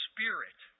Spirit